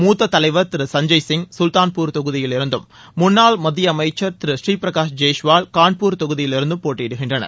மூத்த தலைவர் திரு சஞ்சய் சிங் சுல்தான்பூர் தொகுதியிலிலும் முன்னாள் மத்திய அமைச்சர் திரு ஸ்ரீபிரகாஷ் ஜெயிஷ்வால் கான்பூர் தொகுதியிலும் போட்டயிடுகின்றனர்